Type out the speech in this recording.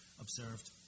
observed